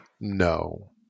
no